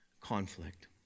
conflict